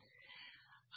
అందుకే ఇది సున్నా